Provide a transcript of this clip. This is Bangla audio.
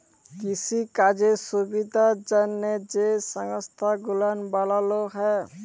কিসিকাজের সুবিধার জ্যনহে যে সংস্থা গুলান বালালো হ্যয়